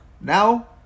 Now